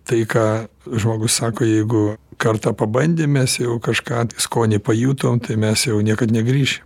tai ką žmogus sako jeigu kartą pabandėm mes jau kažką tai skonį pajutom tai mes jau niekad negrįšim